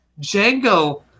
Django